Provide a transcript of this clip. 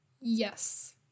Yes